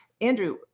Andrew